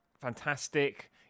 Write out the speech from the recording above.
fantastic